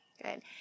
Good